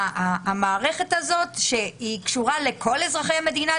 המערכת הזאת ,שקשורה לכל אזרחי המדינה,